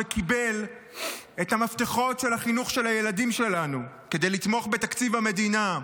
וקיבל את המפתחות לחינוך של הילדים שלנו כדי לתמוך בתקציב המדינה.